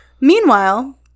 Meanwhile